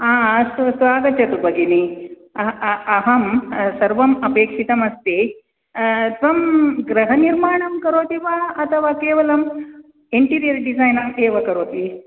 आ अस्तु अस्तु आगच्छतु भगिनी अहं सर्वम् अपेक्षितम् अस्ति त्वं गृहनिर्माणं करोति वा अथवा केवलं इण्टिरियर्डिसैन् एव करोति